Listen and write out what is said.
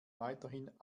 weiterhin